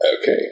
Okay